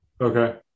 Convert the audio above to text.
Okay